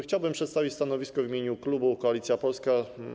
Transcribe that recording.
Chciałbym przedstawić stanowisko w imieniu klubu Koalicja Polska.